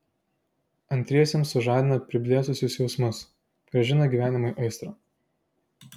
antriesiems sužadina priblėsusius jausmus grąžina gyvenimui aistrą